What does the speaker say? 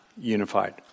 unified